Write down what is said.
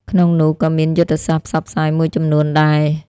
ក្នុងនោះក៏មានយុទ្ធសាស្ត្រផ្សព្វផ្សាយមួយចំនួនដែរ។